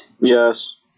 Yes